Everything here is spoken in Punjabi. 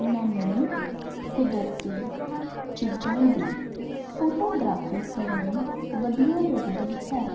ਮੈਨੂੰ ਕੁਦਰਤੀ ਚੀਜ਼ਾਂ ਦੀ ਫੋਟੋਗ੍ਰਾਫੀ ਕਰਨੀ ਵਧੀਆ ਲੱਗਦੀ ਹੈ